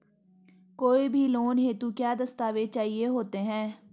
कोई भी लोन हेतु क्या दस्तावेज़ चाहिए होते हैं?